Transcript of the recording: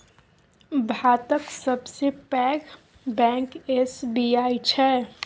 भातक सबसँ पैघ बैंक एस.बी.आई छै